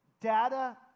data